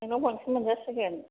नोंनाव बांसिन मोनजासिगोन